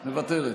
מוותרת,